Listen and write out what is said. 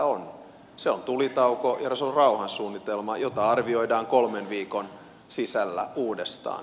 se on tulitauko ja se on rauhansuunnitelma jota arvioidaan kolmen viikon sisällä uudestaan